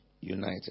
united